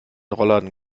rollladen